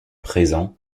présent